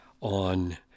on